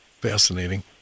fascinating